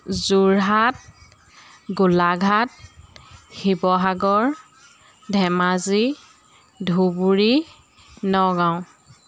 Jorhat Golaghat Sivasagar Dhemaji Dhubri Nagaon